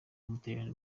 w’umutaliyani